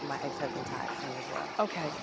my ex-husband todd's son, as well. okay,